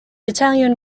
italian